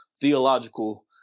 theological